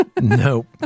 Nope